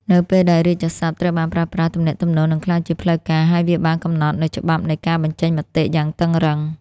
នៅពេលដែលរាជសព្ទត្រូវបានប្រើប្រាស់ ទំនាក់ទំនងនឹងក្លាយជាផ្លូវការ ហើយវាបានកំណត់នូវច្បាប់នៃការបញ្ចេញមតិយ៉ាងតឹងរ៉ឹង។